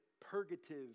purgative